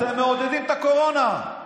אתם מעודדים את הקורונה.